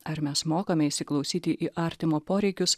ar mes mokame įsiklausyti į artimo poreikius